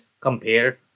compare